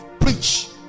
preach